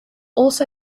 also